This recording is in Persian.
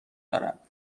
دارد